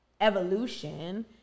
evolution